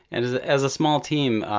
and as ah as a small team,